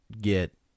get